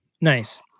Nice